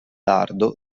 lardo